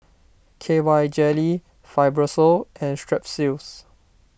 K Y Jelly Fibrosol and Strepsils